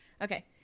Okay